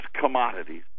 commodities